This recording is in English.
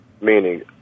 meaning